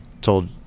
told